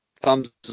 Thumbs